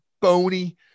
bony